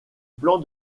plan